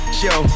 show